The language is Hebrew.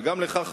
וגם לך,